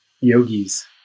yogis